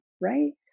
right